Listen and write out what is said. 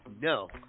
No